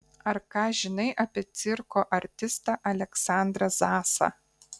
ar ką žinai apie cirko artistą aleksandrą zasą